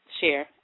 share